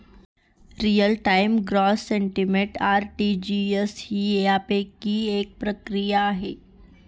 real time gross settlement RTGS ही त्यापैकी एक प्रक्रिया आहे